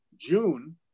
June